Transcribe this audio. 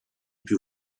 più